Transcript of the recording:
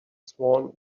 sworn